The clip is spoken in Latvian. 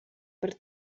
par